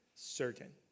Certain